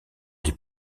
les